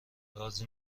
رازی